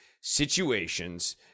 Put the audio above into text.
situations